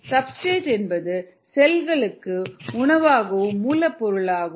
substrate என்பது செல்களுக்கு உணவாகும் மூலப்பொருட்களாகும்